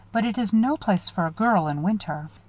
but it is no place for a girl in winter.